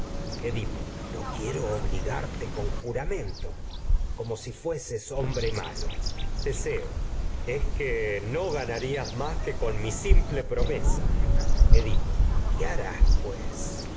edipo no quiero obligarte con juramento como si fueses hombre malo teseo es que no ganarías más que con mi simple promesa edipo qué harás pues